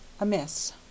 Amiss